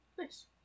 Nice